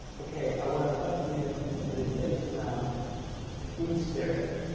okay, i want a perfume that is based around free spirit,